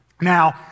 Now